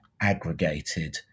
aggregated